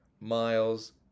miles